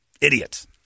Idiots